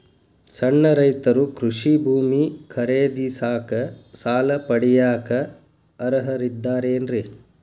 ಸಣ್ಣ ರೈತರು ಕೃಷಿ ಭೂಮಿ ಖರೇದಿಸಾಕ, ಸಾಲ ಪಡಿಯಾಕ ಅರ್ಹರಿದ್ದಾರೇನ್ರಿ?